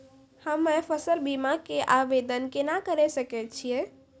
हम्मे फसल बीमा के आवदेन केना करे सकय छियै?